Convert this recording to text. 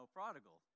prodigal